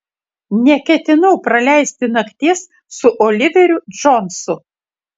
neketinau praleisti nakties su oliveriu džonsu